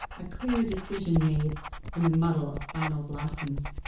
a clear decision made in the muddle of final blossoms.